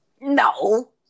No